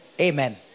amen